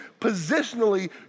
positionally